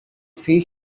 see